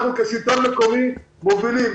אנחנו כשלטון מקומי מובילים,